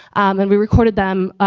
and we recorded them,